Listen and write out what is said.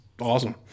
awesome